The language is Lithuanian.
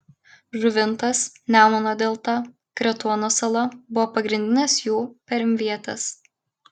žuvintas nemuno delta kretuono sala buvo pagrindinės jų perimvietės